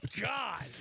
God